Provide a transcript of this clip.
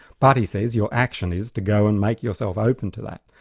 but, he says, your action is to go and make yourself open to that.